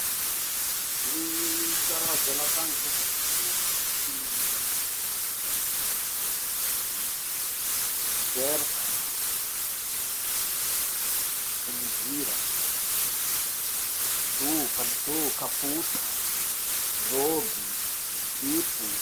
Gny karazan'akanjo haiko zao, misy: semizy, t-shirt, velondrira, pataloha, palito, kapotra, roby, zipo.